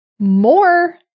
More